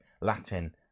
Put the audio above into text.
Latin